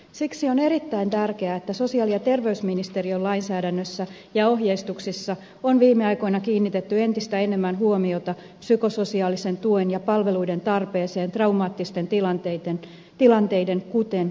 siksi on erittäin tärkeää että sosiaali ja terveysministeriön lainsäädännössä ja ohjeistuksessa on viime aikoina kiinnitetty entistä enemmän huomiota psykososiaalisen tuen ja palveluiden tarpeeseen traumaattisten tilanteiden kuten väkivaltarikosten jälkeen